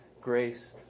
Grace